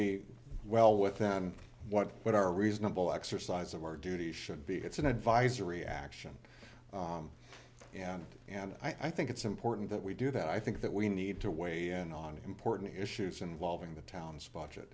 be well what then what would our reasonable exercise of our duty should be it's an advisory action and and i think it's important that we do that i think that we need to weigh in on important issues involving the town's budget